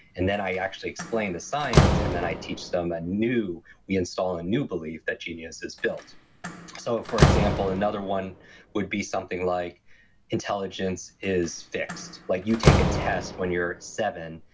and then i actually explained the science and then i teach them a new. we install a new belief that genius is built so for example, another one would be something like intelligence is fixed. like you take a test when you're seven,